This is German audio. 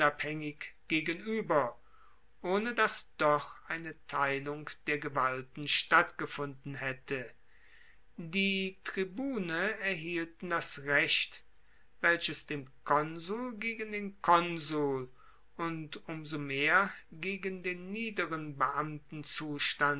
gegenueber ohne dass doch eine teilung der gewalten stattgefunden haette die tribune erhielten das recht welches dem konsul gegen den konsul und um so mehr gegen den niederen